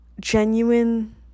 genuine